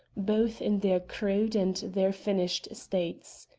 both in their crude and their finished states.